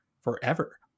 forever